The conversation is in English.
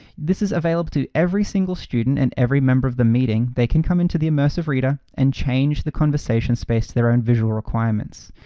this is available to every single student and every member of the meeting. they can come into the immersive reader and change the conversation space to their own visual requirements.